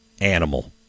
animal